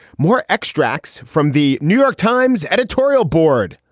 more extracts from the new york times editorial board.